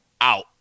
out